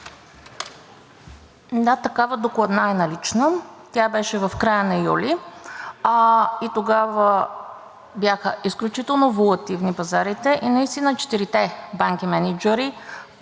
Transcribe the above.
Да, такава докладна е налична. Тя беше от края на месец юли и тогава бяха изключително волатилни пазарите и наистина четирите банки мениджъри